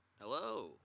Hello